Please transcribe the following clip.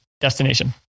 destination